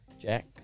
jack